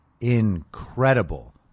incredible